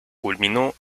culminó